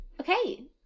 Okay